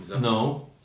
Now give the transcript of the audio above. No